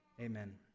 amen